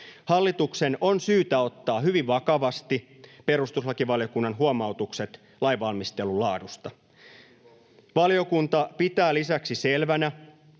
Hallituksen on syytä ottaa hyvin vakavasti perustuslakivaliokunnan huomautukset lainvalmistelun laadusta. Valiokunta pitää lisäksi selvänä,